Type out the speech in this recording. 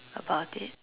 about it